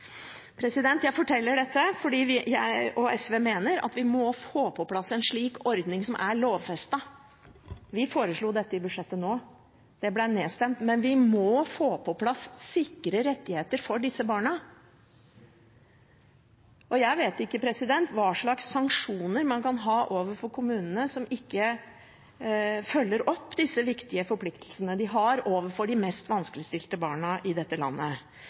Jeg forteller dette fordi jeg og SV mener at vi må få på plass en lovfestet ordning. Vi foreslo dette i budsjettet nå. Det ble nedstemt. Men vi må få på plass sikre rettigheter for disse barna. Jeg vet ikke hva slags sanksjoner man kan ha overfor de kommunene som ikke følger opp de viktige forpliktelsene de har overfor de mest vanskeligstilte barna i dette landet,